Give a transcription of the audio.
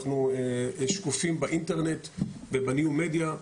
אנחנו שקופים באינטרנט ובניו-מדיה,